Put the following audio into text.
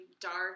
dark